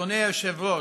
אדוני היושב-ראש,